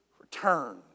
return